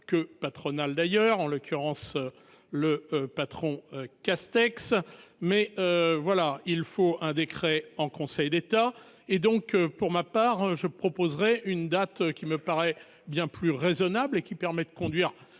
et patronales, en l'occurrence le patron Castex. Il faut un décret en Conseil d'État. Pour ma part, je proposerai une date qui me paraît bien plus raisonnable et qui permet de conduire